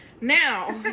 now